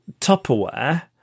Tupperware